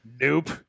nope